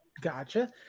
gotcha